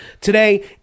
today